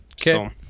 Okay